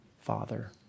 Father